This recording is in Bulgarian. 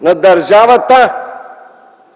На държавата!